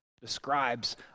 describes